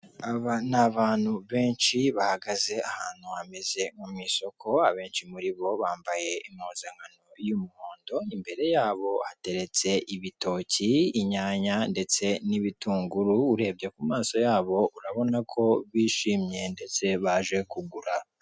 Aba ni abantu benshi bahagaze ahantu hameze nko mu isoko, abenshi muri bo bambaye impuzankano y'umuhondo, imbere yabo ateretse ibitoki, inyanya ndetse n'ibitunguru. Urebye ku maso yabo urabona ko bishimye ndetse baje kugura.